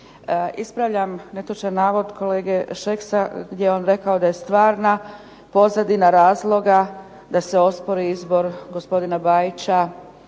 Ispravljam netočan navod kolega Šeksa gdje je on rekao da je stvarna pozadina razloga da se ospori izbor gospodina Bajića